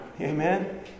Amen